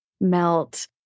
melt